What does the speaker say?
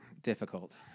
difficult